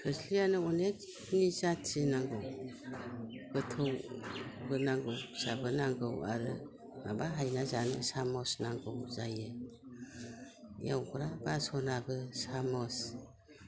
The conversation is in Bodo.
खोस्लियानो अनेग जाथिनि नांगौ गोथौ नांगौ फोस्लांबो नांगौ आरो माबा हायना जानो सामस नांगौ जायो एवग्रा बास'नाबो साम'स